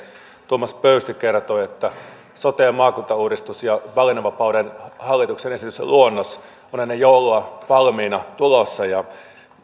tuomas pöysti kertoi että sote ja maakuntauudistus ja hallituksen esitysluonnos valinnanvapaudesta ovat ennen joulua valmiina tulossa